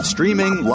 Streaming